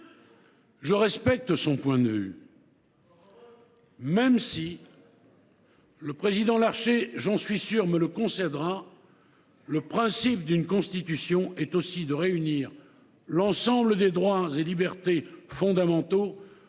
Je respecte son point de vue,… Encore heureux !… même si – le président Larcher, j’en suis sûr, me le concédera – le principe d’une Constitution est aussi de réunir l’ensemble des droits et libertés fondamentaux,